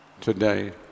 today